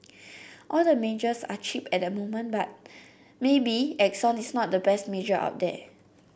all the majors are cheap at the moment but maybe Exxon is not the best major out there